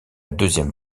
deuxième